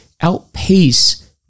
outpace